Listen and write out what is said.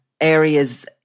areas